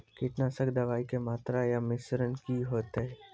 कीटनासक दवाई के मात्रा या मिश्रण की हेते?